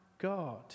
God